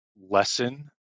lesson